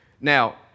Now